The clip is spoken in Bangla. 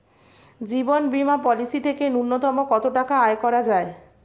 জীবন বীমা পলিসি থেকে ন্যূনতম কত টাকা আয় করা যায়?